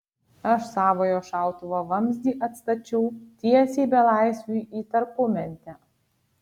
aš savojo šautuvo vamzdį atstačiau tiesiai belaisviui į tarpumentę